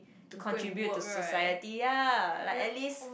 to contribute to society ya like at least